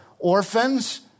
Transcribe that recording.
Orphans